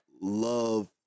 love